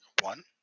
one